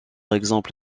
exemple